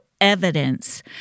evidence